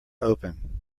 open